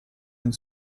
une